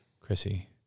Chrissy